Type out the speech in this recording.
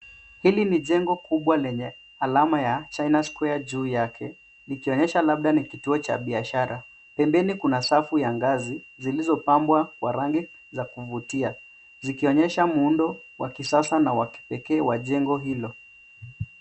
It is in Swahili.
Hili ni jengo kubwa lenye alama ya China Square juu yake, likionyesha labda ni kituo cha biashara. Pembeni kuna safu ya ngazi zilizopambwa kwa rangi za kuvutia, zikionyesha muundo wa kisasa na wa kipekee wa jengo hilo.